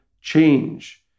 change